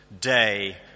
day